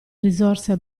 risorse